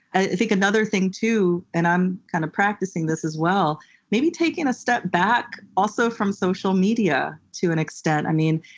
i think another thing, too, and i'm kind of practicing this as well, is maybe taking a step back also from social media to an extent. i mean,